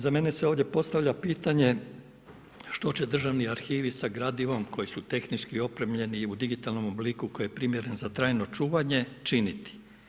Za mene se ovdje postavlja pitanje što će državni arhivi sa gradivom koje su tehnički opremljeni u digitalnom obliku koji je primjeren za trajno čuvanje činiti?